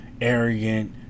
arrogant